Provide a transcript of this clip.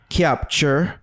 capture